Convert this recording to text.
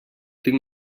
tinc